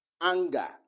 Anger